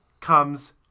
comes